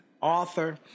author